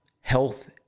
health